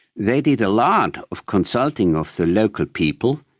they did a lot of consulting of the local people.